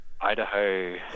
Idaho